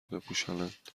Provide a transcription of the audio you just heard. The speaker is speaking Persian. بپوشانند